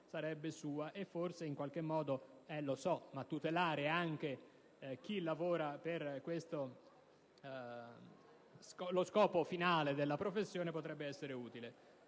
sarebbe sua, ma tutelare anche chi lavora per lo scopo finale della professione potrebbe essere utile.